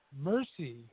mercy